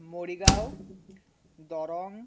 Morigaon Darrang